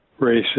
racist